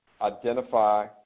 identify